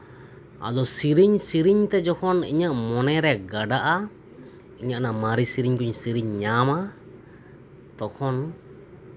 ᱟᱫᱚ ᱥᱤᱨᱤᱧᱼᱥᱤᱨᱤᱧ ᱛᱮ ᱡᱚᱠᱷᱚᱱ ᱤᱧᱟᱹᱜ ᱢᱚᱱᱮ ᱨᱮ ᱜᱟᱰᱟᱜᱼᱟ ᱤᱧᱟᱹᱜ ᱚᱱᱟ ᱢᱟᱨᱮ ᱥᱤᱨᱤᱧ ᱠᱩᱧ ᱥᱤᱨᱤᱧ ᱧᱟᱢᱟ ᱛᱚᱠᱷᱚᱱ